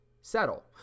settle